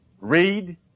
read